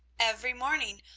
every morning,